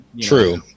true